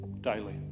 daily